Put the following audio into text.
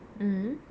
mm